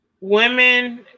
women